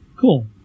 Cool